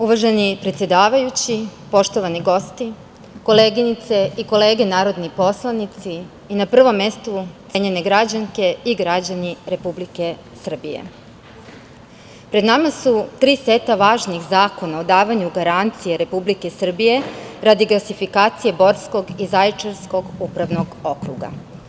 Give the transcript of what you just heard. Uvaženi predsedavajući, poštovani gosti, koleginice i kolege narodni poslanici, na prvom mestu cenjene građanke i građani Republike Srbije, pred nama su tri seta važnih zakona o davanju garancije Republike Srbije radi gasifikacije Borskog i Zaječarskog upravnog okruga.